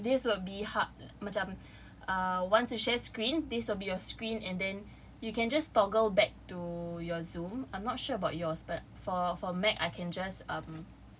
so like this would be hard macam uh once you share screen this will be your screen and then you can just toggle back to your Zoom I'm not sure about for for Mac I can just um